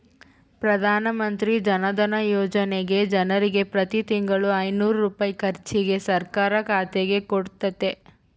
ಪ್ರಧಾನಮಂತ್ರಿ ಜನಧನ ಯೋಜನೆಗ ಜನರಿಗೆ ಪ್ರತಿ ತಿಂಗಳು ಐನೂರು ರೂಪಾಯಿ ಖರ್ಚಿಗೆ ಸರ್ಕಾರ ಖಾತೆಗೆ ಕೊಡುತ್ತತೆ